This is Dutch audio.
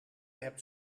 hebt